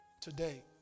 today